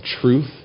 truth